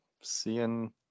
seeing